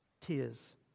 tears